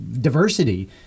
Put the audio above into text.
diversity